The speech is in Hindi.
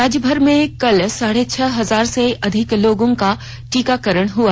राज्यभर में कल साढे छह हजार से अधिक लोगों का टीकाकरण हुआ